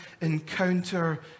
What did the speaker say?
encounter